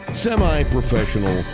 semi-professional